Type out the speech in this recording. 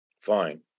Fine